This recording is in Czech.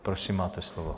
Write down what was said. Prosím, máte slovo.